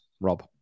rob